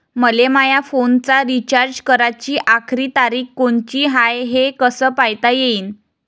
मले माया फोनचा रिचार्ज कराची आखरी तारीख कोनची हाय, हे कस पायता येईन?